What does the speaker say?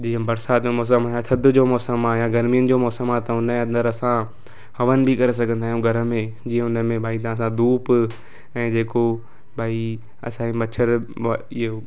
जीअं बरसाति जे मौसम में हाणे थधि जो मौसम आ या गर्मीनि जो मौसम आ त हुन जे अंदरु असां हवन बि करे सघंदा आहियूं घर में जीअं हुन में भई तव्हां धूप ऐं जेको भई असांजी मछर इहो